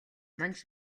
манж